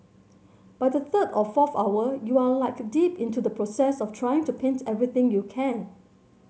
by the third or fourth hour you are like deep into the process of trying to paint everything you can